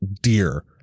dear